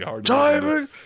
Diamond